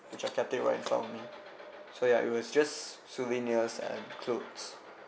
which I kept it right in front of me so ya it was just souvenirs and clothes